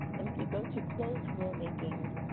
and if you go to close rule makings,